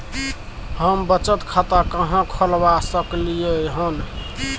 हम बचत खाता कहाॅं खोलवा सकलिये हन?